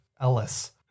Ellis